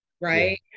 right